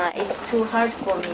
ah it's too hard for